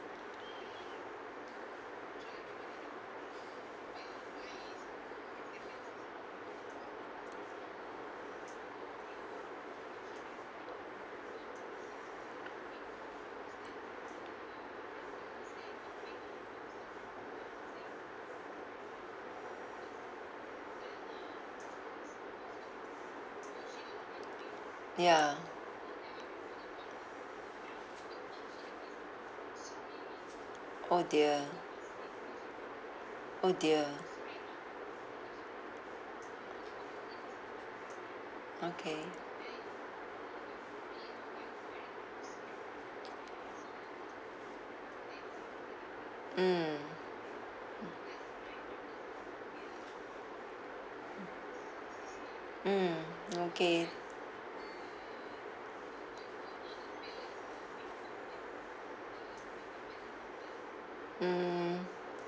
ya oh dear oh dear okay mm mm okay mm